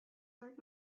heart